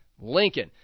Lincoln